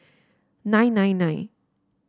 nine nine nine